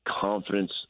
confidence